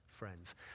friends